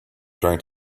trying